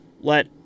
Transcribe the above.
let